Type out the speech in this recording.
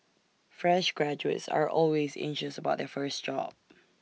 fresh graduates are always anxious about their first job